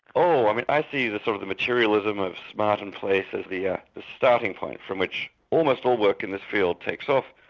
oh, i mean i see the sort of materialism of smart and place as the yeah starting point from which almost all work in this field takes off,